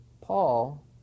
Paul